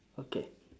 okay